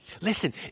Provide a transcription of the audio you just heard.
Listen